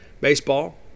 baseball